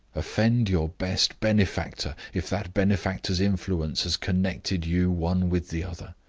offend your best benefactor, if that benefactor's influence has connected you one with the other.